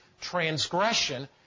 transgression